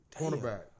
Cornerback